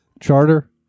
Charter